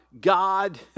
God